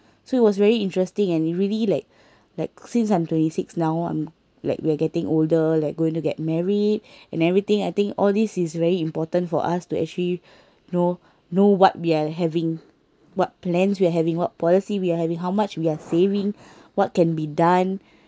so it was very interesting and it really like like since I'm twenty six now I'm like we're getting older like going to get married and everything I think all this is very important for us to actually know know what we are having what plans we are having what policy we are having how much we are saving what can be done